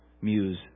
muse